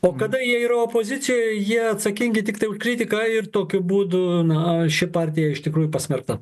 o kada jie yra opozicijoj jie atsakingi tiktai kritika ir tokiu būdu na ši partija iš tikrųjų pasmerkta